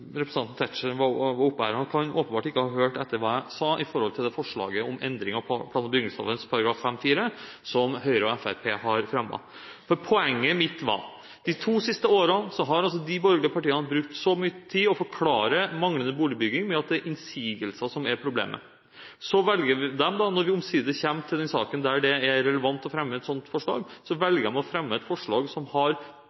Representanten Tetzschner kan åpenbart ikke ha hørt etter hva jeg sa med tanke på forslaget om endring av plan- og bygningsloven § 5-4, som Høyre og Fremskrittspartiet har fremmet. Poenget mitt var at de to siste årene har de borgerlige partiene brukt mye tid på å forklare manglende boligbygging med at det er innsigelser som er problemet. Så velger de, når vi omsider kommer til den saken der det er relevant å fremme et slikt forslag,